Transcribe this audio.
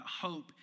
hope